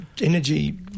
energy